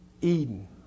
Eden